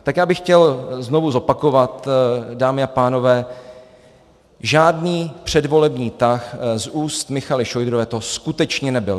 Tak já bych chtěl znovu zopakovat, dámy a pánové, žádný předvolební tah z úst Michaely Šojdrové to skutečně nebyl.